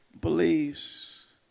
believes